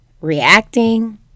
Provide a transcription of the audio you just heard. reacting